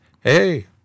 Hey